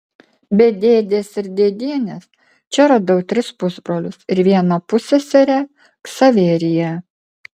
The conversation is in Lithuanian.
be dėdės ir dėdienės čia radau tris pusbrolius ir vieną pusseserę ksaveriją